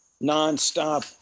non-stop